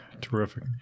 terrific